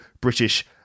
British